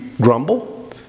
grumble